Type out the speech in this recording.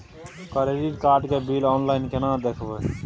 Credit card के bill online केना देखबय?